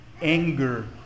anger